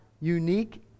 unique